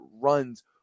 runs